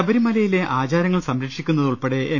ശബരിമലയിലെ ആചാരങ്ങൾ സംരക്ഷിക്കു ന്നത് ഉൾപെടെ എൻ